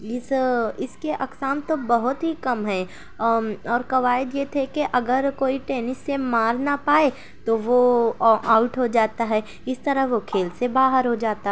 اس اس کے اقسام تو بہت ہی کم ہیں اور قوائد یہ تھے کہ اگر کوئی ٹینس سے مار نہ پائے تو وہ آؤٹ ہو جاتا ہے اس طرح وہ کھیل سے باہر ہو جاتا